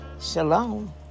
Shalom